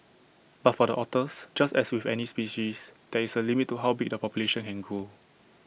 but for the otters just as with any species there is A limit to how big the population can grow